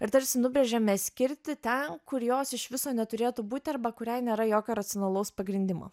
ir tarsi nubrėžėme skirtį ten kur jos iš viso neturėtų būti arba kuriai nėra jokio racionalaus pagrindimo